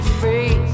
free